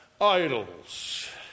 idols